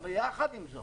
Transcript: אבל יחד עם זאת,